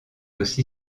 aussi